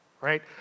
right